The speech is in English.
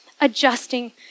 adjusting